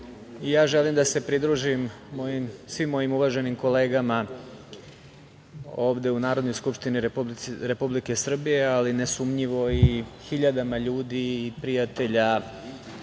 želim da se pridružim svim mojim uvaženim kolegama ovde u Narodnoj skupštini Republike Srbije, ali nesumnjivo i hiljadama ljudi i prijatelja